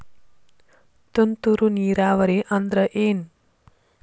ತುಂತುರು ನೇರಾವರಿ ಅಂದ್ರ ಏನ್?